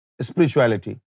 spirituality